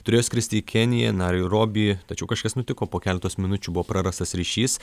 turėjo skristi į keniją nairobį tačiau kažkas nutiko po keletos minučių buvo prarastas ryšys